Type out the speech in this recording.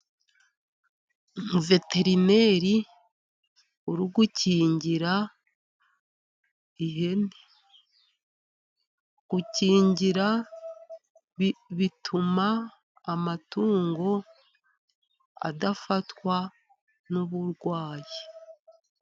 Umuveterineri uri gukingira ihene, gukingira bituma amatungo adafatwa n'uburwayi.